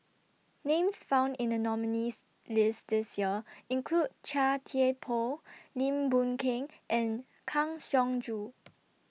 Names found in The nominees' list This Year include Chia Thye Poh Lim Boon Keng and Kang Siong Joo